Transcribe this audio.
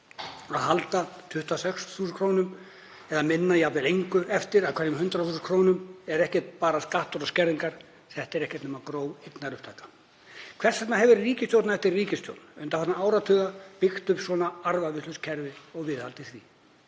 að halda 26.000 kr. eða minna, jafnvel engu, eftir af hverjum 100.000 kr. er ekki bara skattar og skerðingar, það er ekkert nema gróf eignaupptaka. Hvers vegna hefur ríkisstjórn eftir ríkisstjórn undanfarna áratugi byggt upp svona arfavitlaust kerfi og viðhaldið því?